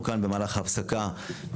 הפינה הזאת --- הנה,